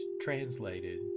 translated